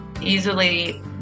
easily